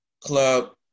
club